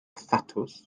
thatws